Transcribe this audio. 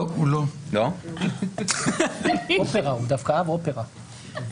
לפטר את המנכ"לים האחראים.